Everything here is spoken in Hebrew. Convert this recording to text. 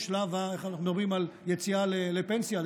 אנחנו מדברים על יציאה לפנסיה,